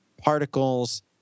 particles